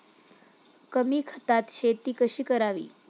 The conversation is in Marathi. कमी खतात शेती कशी करावी?